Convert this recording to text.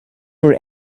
for